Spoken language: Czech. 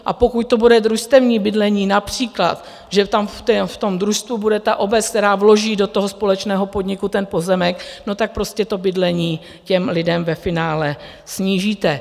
A pokud to bude družstevní bydlení, například že tam v tom družstvu bude obec, která vloží do toho společného podniku pozemek, no tak prostě to bydlení těm lidem ve finále snížíte.